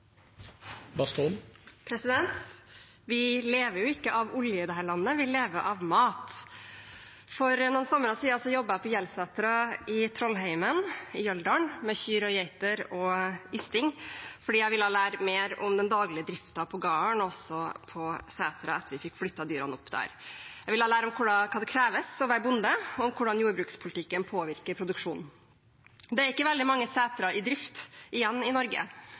omme. Vi lever ikke av olje i dette landet. Vi lever av mat. For noen somre siden jobbet jeg på Gjelsetra i Jøldalen i Trollheimen med kyr og geiter og ysting fordi jeg ville lære mer om den daglige drifta på gården og på setra etter at vi fikk flyttet dyra opp der. Jeg ville lære om hva det kreves å være bonde, om hvordan jordbrukspolitikken påvirker produksjonen. Det er ikke veldig mange setre i drift igjen i Norge.